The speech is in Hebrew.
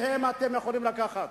מהם אתם יכולים לקחת.